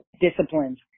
disciplines